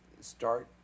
start